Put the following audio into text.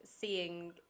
seeing